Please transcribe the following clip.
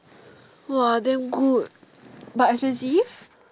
!wah! damn good but expensive